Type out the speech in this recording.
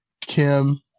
Kim